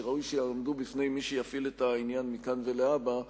שראוי שיעמדו בפני מי שיפעיל את העניין מכאן ולהבא,